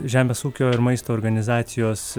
žemės ūkio ir maisto organizacijos